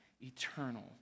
eternal